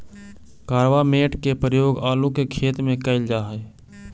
carbamate के प्रयोग आलू के खेत में कैल जा हई